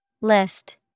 List